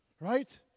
Right